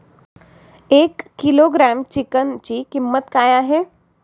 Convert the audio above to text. एक किलोग्रॅम चिकनची किंमत काय आहे?